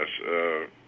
yes